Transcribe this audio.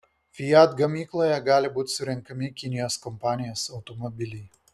fiat gamykloje gali būti surenkami kinijos kompanijos automobiliai